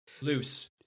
loose